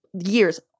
years